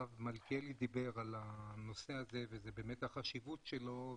הרב מלכיאלי דיבר על הנושא הזה ועל החשיבות שלו.